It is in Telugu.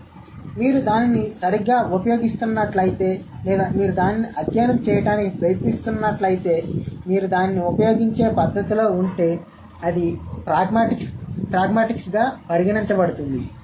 కాబట్టి మీరు దానిని సరిగ్గా ఉపయోగిస్తున్నట్లయితే లేదా మీరు దానిని అధ్యయనం చేయడానికి ప్రయత్నిస్తున్నట్లయితే మీరు దానిని ఉపయోగించే పద్ధతిలో ఉంటే అది ప్రాగ్మాటిక్స్గా పరిగణించబడుతుంది